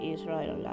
Israel